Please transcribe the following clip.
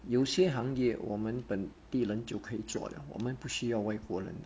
有些行业我们本地人就可以做了我们不需要外国人